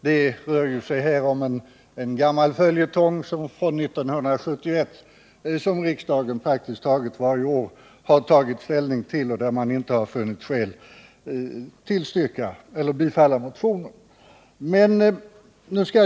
Det rör sig ju här om en gammal följetong från 1971, som riksdagen diskuterat praktiskt taget varje år och där man inte funnit skäl att bifalla motionerna.